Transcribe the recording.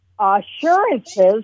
assurances